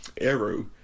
Arrow